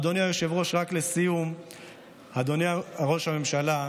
אדוני היושב-ראש, לסיום, אדוני ראש הממשלה,